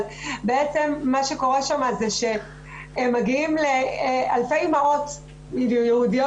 בעצם מה שקורה שם זה שהם מגיעים לאלפי אימהות יהודיות